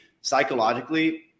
psychologically